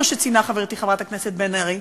כמו שציינה חברתי חברת הכנסת בן ארי?